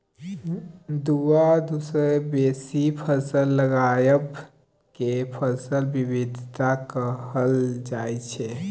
दु आ दु सँ बेसी फसल लगाएब केँ फसल बिबिधता कहल जाइ छै